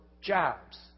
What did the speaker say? jobs